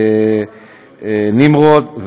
נמרוד,